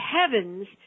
heavens